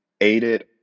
aided